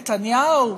ונתניהו,